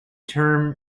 term